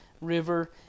river